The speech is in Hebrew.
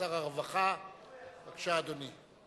כשר הרווחה, בבקשה, אדוני.